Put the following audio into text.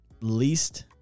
least –